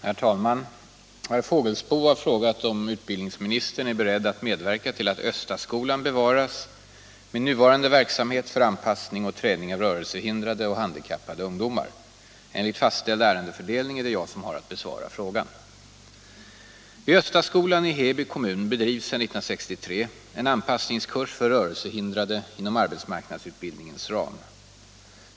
Herr talman! Herr Fågelsbo har frågat om utbildningsministern är beredd att medverka till att Östaskolan bevaras med nuvarande verksamhet för anpassning och träning av rörelsehindrade och handikappade ungdomar. Enligt fastställd ärendefördelning är det jag som har att besvara frågan. Vid Östaskolan i Heby kommun bedrivs sedan år 1963 en anpassningskurs för rörelsehindrade inom arbetsmarknadsutbildningens ram.